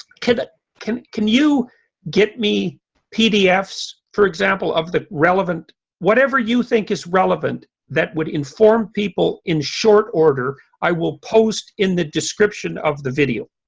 can but can can you get me pdfs for example of the relevant whatever you think is relevant that would inform people in short order? i will post in the description of the video,